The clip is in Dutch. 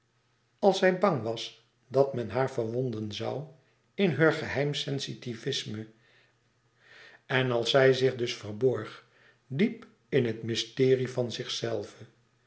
als zij bang was dat men haar verwonden zoû in heur geheim sensitivisme en als zij zich dus verborg diep in het mysterie van zichzelve